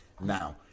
Now